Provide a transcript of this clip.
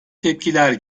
tepkiler